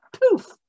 poof